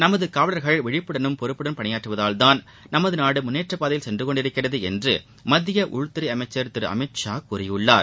நமது காவலர்கள் விழிப்புடனும் பொறுப்புடனும் பணியாற்றுவதால் தான் நமது நாடு முன்னேற்றப்பாதையில் சென்று கொண்டிருக்கிறது என்று மத்திய உள்துறை அமைச்சர் திரு அமித்ஷா கூறியிருக்கிறார்